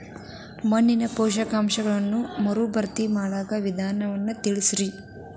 ಮಣ್ಣಿನ ಪೋಷಕಾಂಶಗಳನ್ನ ಮರುಭರ್ತಿ ಮಾಡಾಕ ವಿಧಾನಗಳನ್ನ ತಿಳಸ್ರಿ